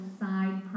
side